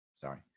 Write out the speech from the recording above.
sorry